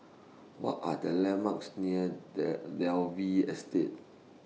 What Are The landmarks near Dalvey Estate